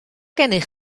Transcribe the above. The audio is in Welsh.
gennych